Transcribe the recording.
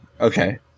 Okay